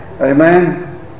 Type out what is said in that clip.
Amen